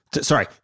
Sorry